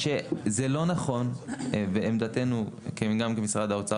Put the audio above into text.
זה לא נכון ועמדתינו גם כמשרד האוצר